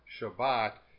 Shabbat